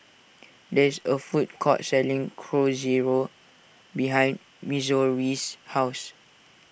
there is a food court selling Chorizo behind Missouri's house